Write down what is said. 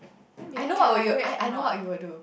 ten million can migrate or not